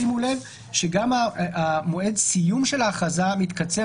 שימו לב שגם מועד הסיום של ההכרזה מתקצר